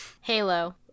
Halo